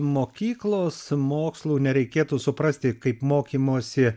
mokyklos mokslų nereikėtų suprasti kaip mokymosi